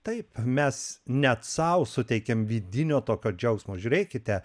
taip mes net sau suteikiam vidinio tokio džiaugsmo žiūrėkite